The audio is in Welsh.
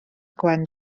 gwen